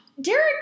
Derek